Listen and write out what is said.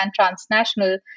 transnational